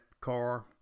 car